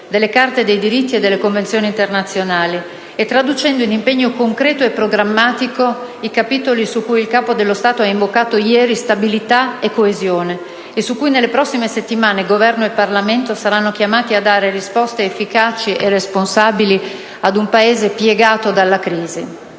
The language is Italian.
delle carte dei diritti e delle convenzioni internazionali, e traducendo in impegno concreto e programmatico i capitoli su cui il Capo dello Stato ha invocato ieri stabilità e coesione e su cui nelle prossime settimane Governo e Parlamento saranno chiamati a dare risposte efficaci e responsabili ad un Paese piegato dalla crisi.